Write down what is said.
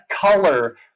color